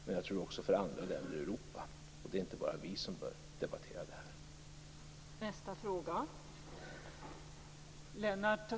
Det är det också, tror jag, för andra länder i Europa. Det är inte bara vi som bör debattera det här.